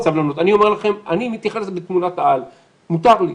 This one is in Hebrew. אני מתייחס לזה בתמונת על, מותר לי.